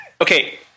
Okay